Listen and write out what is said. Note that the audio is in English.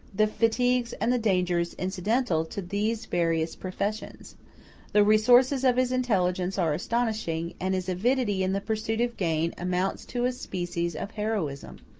the fatigues and the dangers incidental to these various professions the resources of his intelligence are astonishing, and his avidity in the pursuit of gain amounts to a species of heroism.